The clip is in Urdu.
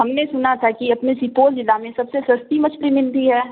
ہم نے سنا تھا کہ اپنے سپول ضلع میں سب سے سستی مچھلی ملتی ہے